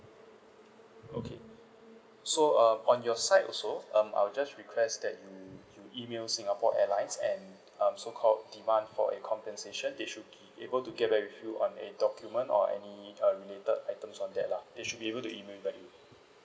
okay so um on your side also um I'll just request that you you email singapore airlines and um so called demand for a compensation they should be able to get back with you on a document or any uh related items on that lah they should be able to email you back you